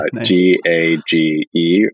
G-A-G-E